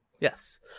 Yes